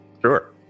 Sure